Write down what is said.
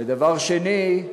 ודבר שני,